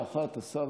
אדוני השר,